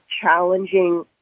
challenging